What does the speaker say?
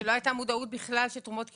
כשלא הייתה מודעות בכלל לתרומות כליה.